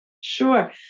Sure